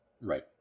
Right